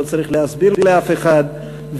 לא צריך להסביר לאף אחד,